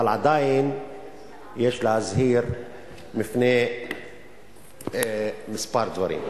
אבל עדיין יש להזהיר מפני כמה דברים.